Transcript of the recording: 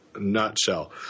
nutshell